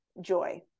joy